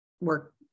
work